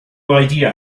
idea